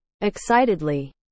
Excitedly